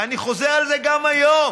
ואני חוזר על זה גם היום: